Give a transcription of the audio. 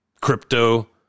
crypto